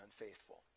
unfaithful